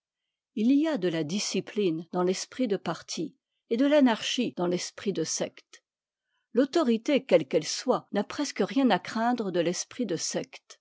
i y a de la discipline dans l'esprit de parti et de l'anarchie dans l'esprit de secte l'autorité quelle qu'elle soit n'a presque rien à craindre de l'esprit de secte